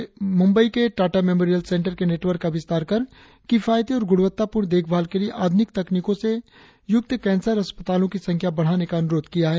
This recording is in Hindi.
इसने केंद्र सरकार से मुंबई के टाटा मेमोरियाल सेंटर के नेटवर्क का विस्तार कर किफायती और गुणवत्तापूर्ण देखभाल के लिए आधुनिक तकनीकों से युक्त कैंसर अस्पतालों की संख्या बढ़ाने का अनुरोध किया है